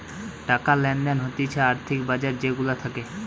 টাকা লেনদেন হতিছে আর্থিক বাজার যে গুলা থাকে